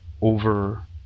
over